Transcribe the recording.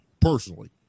personally